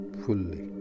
fully